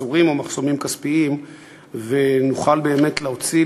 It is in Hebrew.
מעצורים או מחסומים כספיים ונוכל באמת להציל